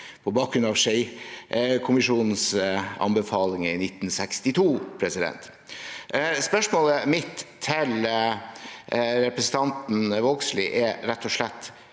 på bakgrunn av Schei-kommisjonens anbefalinger i 1962. Spørsmålet mitt til representanten Vågslid er rett og slett: